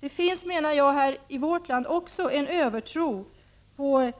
Det finns i vårt land en övertro på